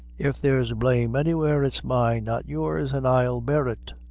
if there's blame anywhere, it's mine, not yours, and i'll bear it.